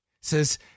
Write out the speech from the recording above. says